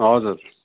हजुर